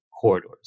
corridors